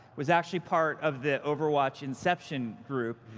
was actually part of the overwatch inception group.